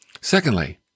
Secondly